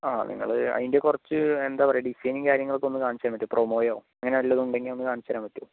ആ നിങ്ങൾ അതിൻ്റെ കുറച്ച് എന്താ പറയുക ഡിസൈനും കാര്യങ്ങളൊക്കെ ഒന്ന് കാണിച്ച് തന്നിട്ടെ പ്രൊമോയോ അങ്ങനെ വല്ലതും ഉണ്ടെങ്കിൽ കാണിച്ച് തരാൻ പറ്റുമോ